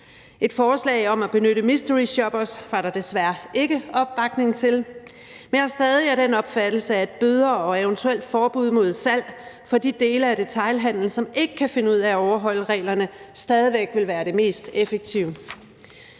Et forslag om at benytte mysteryshoppers var der desværre ikke opbakning til. Men jeg er stadig af den opfattelse, at bøder og eventuelt forbud mod salg for de dele af detailhandelen, som ikke kan finde ud af at overholde reglerne, vil være det mest effektive.